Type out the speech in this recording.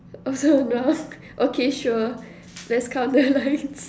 oh so okay sure let's count the lines